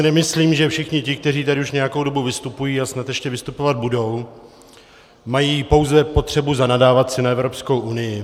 Nemyslím si, že všichni ti, kteří tady už nějakou dobu vystupují a snad ještě vystupovat budou, mají pouze potřebu zanadávat si na Evropskou unii.